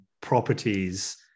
properties